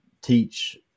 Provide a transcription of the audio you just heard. teach